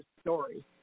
story